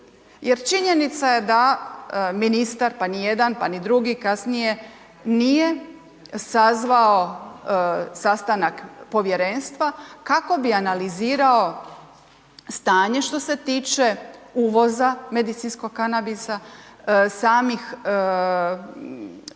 jer činjenica je da ministar, pa ni jedan, pa ni drugi kasnije, nije sazvao sastanak povjerenstva kako bi analizirao stanje što se tiče uvoza medicinskog kanabisa, samih, dakle,